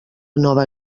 nova